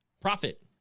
profit